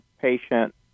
patient